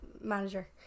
manager